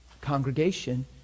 congregation